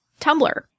Tumblr